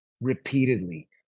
repeatedly